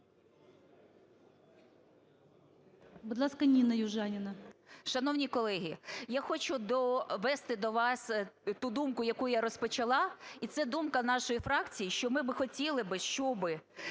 13:09:11 ЮЖАНІНА Н.П. Шановні колеги, я хочу довести до вас ту думку, яку я розпочала. І це думка нашої фракції, що ми би хотіли, щоби